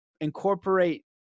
Incorporate